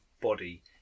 body